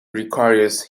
requires